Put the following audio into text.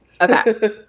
Okay